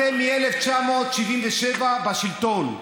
אתם מ-1977 בשלטון.